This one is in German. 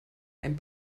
einem